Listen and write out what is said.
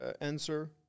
answer